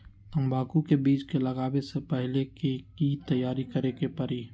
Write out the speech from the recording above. तंबाकू के बीज के लगाबे से पहिले के की तैयारी करे के परी?